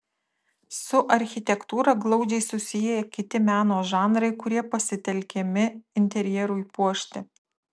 su architektūra glaudžiai susiję kiti meno žanrai kurie pasitelkiami interjerui puošti